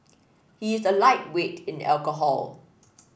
he is a lightweight in alcohol